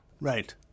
Right